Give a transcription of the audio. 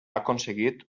aconseguit